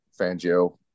Fangio